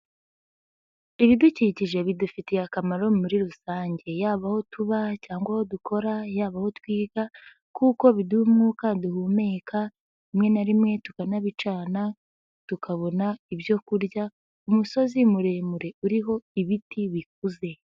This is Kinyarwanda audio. Ibidukikije bidufitiye akamaro muri rusange, yaba aho tuba cyangwa aho dukora, yaba aho twiga kuko biduha umwuka duhumeka, rimwe na rimwe tukanabicana tukabona ibyo kurya, umusozi muremure uriho ibiti bikuze.